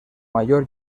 mayor